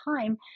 time